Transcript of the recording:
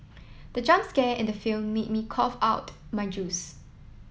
the jump scare in the film made me cough out my juice